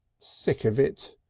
sick of it,